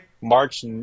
March